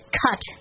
cut